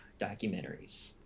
documentaries